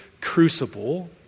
crucible